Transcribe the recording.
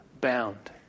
bound